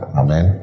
amen